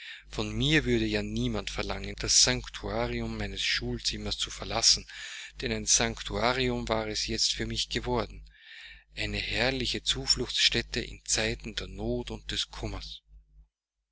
von mir würde ja niemand verlangen das sanktuarium meines schulzimmers zu verlassen denn ein sanktuarium war es jetzt für mich geworden eine herrliche zufluchtsstätte in zeiten der not und des kummers